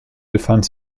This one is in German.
befand